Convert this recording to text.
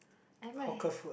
I'm a